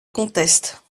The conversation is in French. conteste